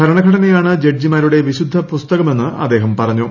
ഭരണഘടനയാണ് ജഡ്ജിമാരുടെ വിശുദ്ധപുസ്തകമെന്ന് അദ്ദേഹം പറഞ്ഞു